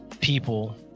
people